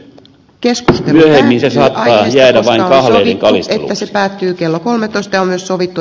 myöhemmin se saattaa jäädä vain vähän yli mistä se päättyy kello kolmetoista myös sovittu